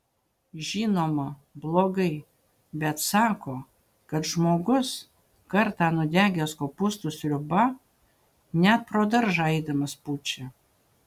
žinoma blogai bet sako kad žmogus kartą nudegęs kopūstų sriuba net pro daržą eidamas pučia